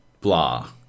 blah